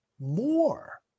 more